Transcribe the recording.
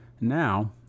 Now